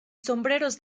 sombreros